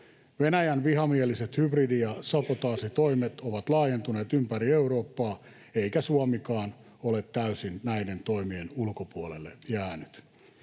Venäjän vihamieliset hybridi- ja sabotaasitoimet ovat laajentuneet ympäri Eurooppaa, eikä Suomikaan ole täysin näiden toimien ulkopuolelle jäänyt.